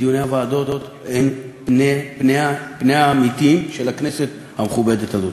כי דיוני הוועדות הם פניה האמיתיים של הכנסת המכובדת הזאת.